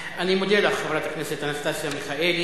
אני מודה לך, חברת הכנסת אנסטסיה מיכאלי.